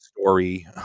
story